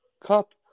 Cup